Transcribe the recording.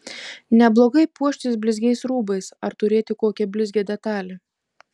neblogai puoštis blizgiais rūbais ar turėti kokią blizgią detalę